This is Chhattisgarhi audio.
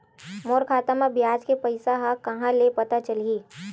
मोर खाता म ब्याज के पईसा ह कहां ले पता चलही?